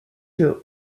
que